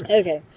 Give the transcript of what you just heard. okay